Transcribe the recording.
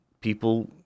people